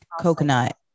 coconut